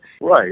Right